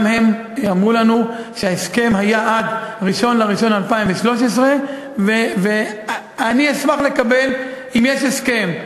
גם הם אמרו לנו שההסכם היה עד 1 בינואר 2013. אני אשמח לדעת אם יש הסכם.